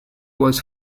was